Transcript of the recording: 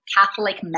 Catholic